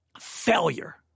failure